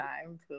time